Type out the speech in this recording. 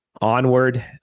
onward